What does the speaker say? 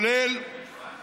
כולל